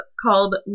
called